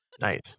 nice